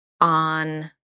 on